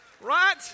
Right